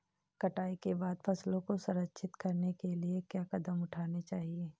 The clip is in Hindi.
कटाई के बाद फसलों को संरक्षित करने के लिए क्या कदम उठाने चाहिए?